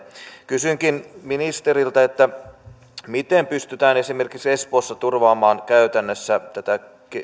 kysynkin ministeriltä miten pystytään esimerkiksi espoossa turvaamaan käytännössä tätä